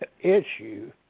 issue